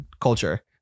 culture